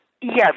Yes